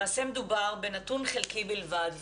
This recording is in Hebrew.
למעשה מדובר בנתון חלקי בלבד.